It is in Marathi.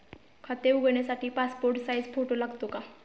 खाते उघडण्यासाठी पासपोर्ट साइज फोटो लागतो का?